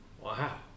wow